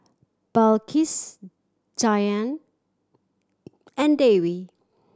Balqis Dian and Dewi